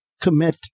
commit